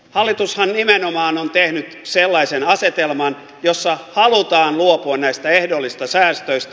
hallitushan nimenomaan on tehnyt sellaisen asetelman jossa halutaan luopua näistä ehdollisista säästöistä